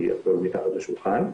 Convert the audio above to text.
כי הכל מתחת לשולחן,